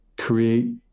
create